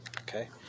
Okay